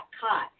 caught